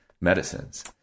medicines